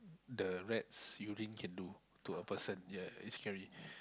the rat's urine can do to a person ya is scary